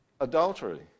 adultery